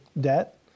debt